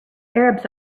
arabs